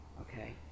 okay